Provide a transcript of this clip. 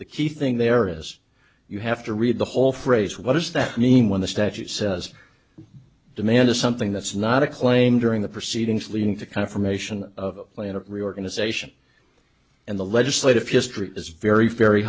the key thing there is you have to read the whole phrase what does that mean when the statute says demand is something that's not a claim during the proceedings leading to confirmation of plan a reorganization and the legislative history is very very